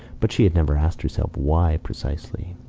but she had never asked herself why, precisely.